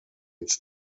phd